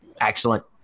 excellent